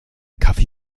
kaffee